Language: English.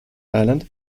island